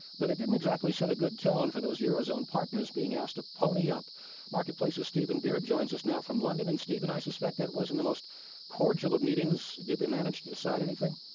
but it didn't exactly set a good tone for those eurozone partners being asked to pony up marketplace's stephen beard joins us now from london. and stephen, i suspect that wasn't the most cordial of meetings. did they manage to decide anything?